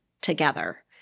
together